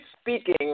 speaking